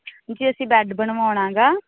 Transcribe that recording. ਜੀ ਅਸੀਂ ਬੈੱਡ ਬਣਵੋਣਾ ਗਾ